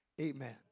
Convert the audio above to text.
Amen